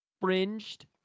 Fringed